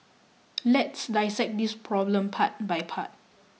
let's dissect this problem part by part